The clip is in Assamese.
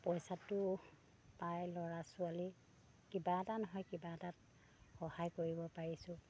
পইচাটো পাই ল'ৰা ছোৱালী কিবা এটা নহয় কিবা এটাত সহায় কৰিব পাৰিছোঁ